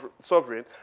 sovereign